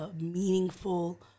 meaningful